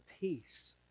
peace